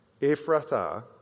Ephrathah